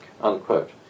unquote